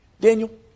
Daniel